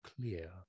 clear